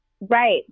Right